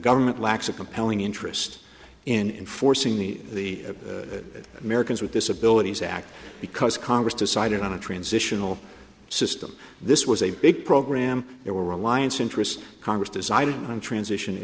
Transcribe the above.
government lacks a compelling interest in forcing the americans with disabilities act because congress decided on a transitional system this was a big program there were alliance interests congress decided on transition